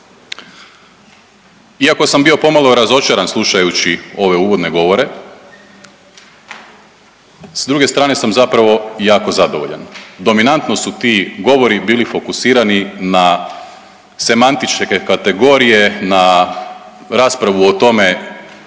Iako sam bio pomalo razočaran slušajući ove uvodne govore s druge strane sam zapravo jako zadovoljan. Dominantno su ti govori bili fokusirani na semantičke kategorije, na raspravu o tome